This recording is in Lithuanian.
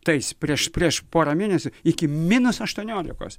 tais prieš prieš porą mėnesių iki minus aštuoniolikos